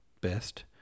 best